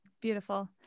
Beautiful